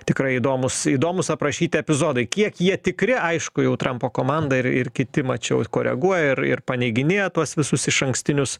tikrai įdomūs įdomūs aprašyti epizodai kiek jie tikri aišku jau trampo komanda ir ir kiti mačiau koreguoja ir ir paneiginėja tuos visus išankstinius